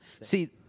see